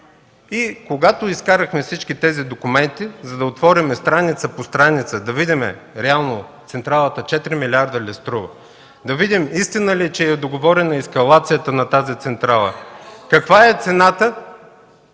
Когато изкарахме всички тези документи, за да отворим страница по страница, за да видим реално централата дали струва 4 милиарда, да видим истина ли е, че е договорена ескалацията на тази централа, каква е цената,